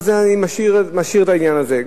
אני משאיר את העניין הזה.